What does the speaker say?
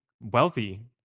wealthy